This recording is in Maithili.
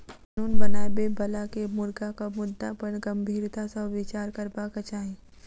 कानून बनाबय बला के मुर्गाक मुद्दा पर गंभीरता सॅ विचार करबाक चाही